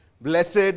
Blessed